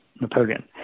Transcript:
Napoleon